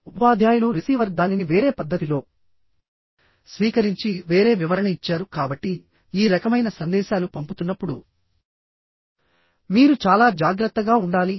ఉపాధ్యాయులు రిసీవర్ దానిని వేరే పద్ధతిలో స్వీకరించి వేరే వివరణ ఇచ్చారు కాబట్టిఈ రకమైన సందేశాలు పంపుతున్నప్పుడు మీరు చాలా జాగ్రత్తగా ఉండాలి